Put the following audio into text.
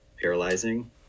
Paralyzing